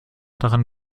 daran